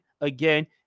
again